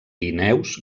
guineus